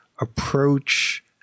approach